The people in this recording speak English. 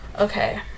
Okay